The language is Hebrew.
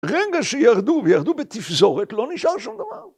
רגע שירדו וירדו בתפזורת לא נשאר שום דבר.